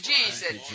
Jesus